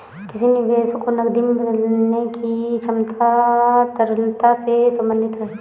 किसी निवेश को नकदी में बदलने की क्षमता तरलता से संबंधित है